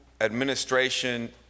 administration